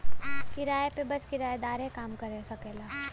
किराया पे बस किराएदारे काम कर सकेला